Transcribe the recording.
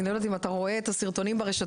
אני לא יודעת אם אתה רואה את הסרטונים ברשתות,